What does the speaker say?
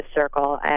circle